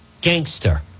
gangster